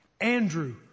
Andrew